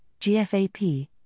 GFAP